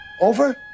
Over